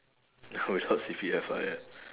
oh without C_P_F ah ya